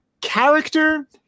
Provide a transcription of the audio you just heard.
character